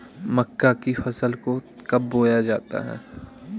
मक्का की फसल को कब बोया जाता है?